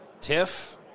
Tiff